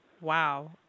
Wow